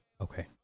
Okay